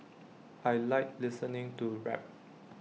I Like listening to rap